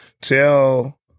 tell